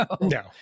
no